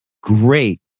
great